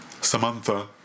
Samantha